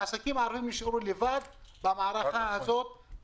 העסקים הערביים נשארו ממש לבד במערכה הזאת.